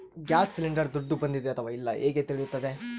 Gas cylinder ದುಡ್ಡು ಬಂದಿದೆ ಅಥವಾ ಇಲ್ಲ ಹೇಗೆ ತಿಳಿಯುತ್ತದೆ?